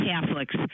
Catholics